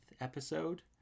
episode